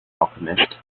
alchemist